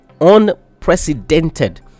unprecedented